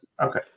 Okay